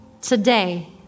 today